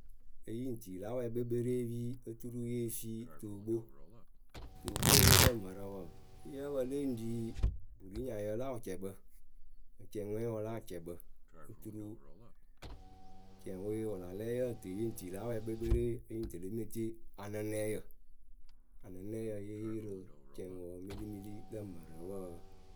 e yɨ ŋ tii la wɛɛ kpekpereepii oturu ye fii tuokpo Tuokpoye lǝ mǝrǝ wɔɔ, yǝ́ǝ pǝ le ŋ ri burinyayǝ la wɨcɛkpǝ mɨ cɛŋŋwɛŋwǝ la wɨcɛkpǝ oturu. cɛŋwe wɨ la lɛ, yǝ tɨ yɨ ŋ tii la wɛɛ kpekperee yɨ ŋ tɨ le mɨ tie anɨnɛyǝ. Anɨnɛyǝ, anɨnɛyǝ yée yee rɨ cɛŋwǝ milimili lǝ mǝrǝ wǝǝ.